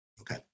Okay